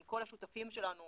עם כל השותפים שלנו